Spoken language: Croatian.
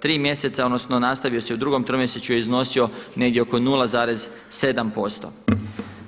tri mjeseca odnosno nastavio se i u drugom tromjesečju i iznosio negdje oko 0,7%